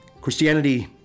Christianity